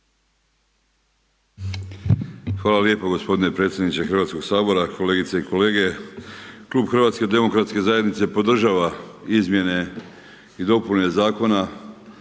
Hvala lijepo gospodine predsjedniče Hrvatskog sabora. Kolegice i kolege. Klub HDZ-a podržava izmjene i dopune Zakona,